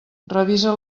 revisa